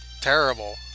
terrible